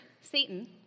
Satan